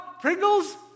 Pringles